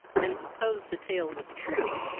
and supposed the tale was true,